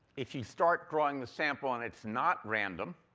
if you start drawing the sample and it's not random,